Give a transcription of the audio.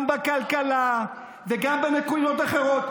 גם בכלכלה וגם בנקודות אחרות,